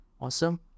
awesome